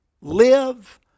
live